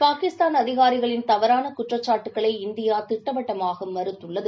பாகிஸ்தான் அதிகாரிகளின் தவறான குற்றச்சாட்டுகளை இந்திய திட்டவட்டமாக மறுத்துள்ளது